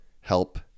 help